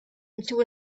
into